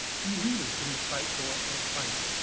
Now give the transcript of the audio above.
be leaders in the fight for our climate,